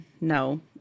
no